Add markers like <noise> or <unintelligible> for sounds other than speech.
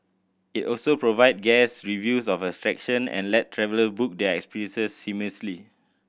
it also provides guest reviews of <unintelligible> and let traveller book their experiences seamlessly